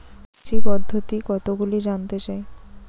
কৃষি পদ্ধতি কতগুলি জানতে চাই?